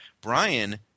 Brian